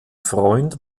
freund